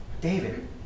David